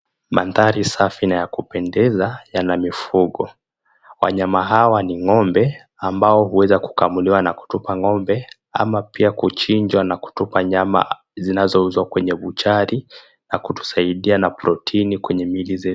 Mandhari safi na ya kupendeza yana mifugo. Wanyama hawa ni ng'ombe, ambao huweza kukamuliwa na kutupa ng'ombe ama pia kuchinjwa na kutupa nyama zinazouzwa kwenye buchari na kutusaidia na protini kwenye mili zetu.